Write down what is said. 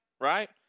right